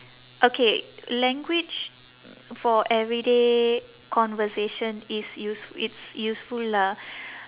okay language for everyday conversation is use~ it's useful lah